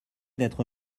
d’être